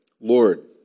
Lord